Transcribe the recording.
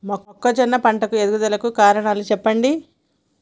మొక్కజొన్న పంట ఎదుగుదల కు కారణాలు చెప్పండి?